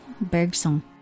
Bergson